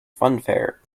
funfair